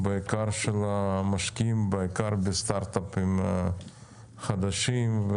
בעיקר של המשקיעים, ובעיקר בסטארטאפים חדשים.